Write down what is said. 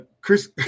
Chris